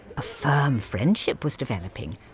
a firm friendship was developing,